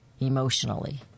emotionally